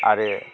आरो